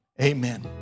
amen